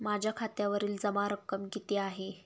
माझ्या खात्यावरील जमा रक्कम किती आहे?